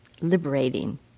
liberating